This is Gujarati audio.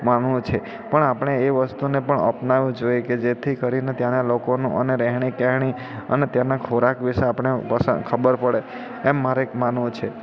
માનવું છે પણ આપણે એ વસ્તુને પણ અપનાવવું જોઈએ કે જેથી કરીને ત્યાંના લોકોનું અને રહેણી કહેણી અને ત્યાંના ખોરાક વિષે આપણે વસાર ખબર પડે એમ મારે માનવું છે